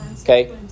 okay